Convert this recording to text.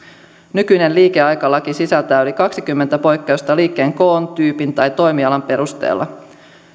nykyinen liikeaikalaki sisältää yli kaksikymmentä poikkeusta liikkeen koon tyypin tai toimialan perusteella